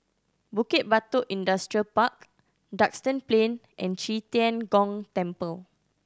Bukit Batok Industrial Park Duxton Plain and Qi Tian Gong Temple